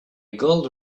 gold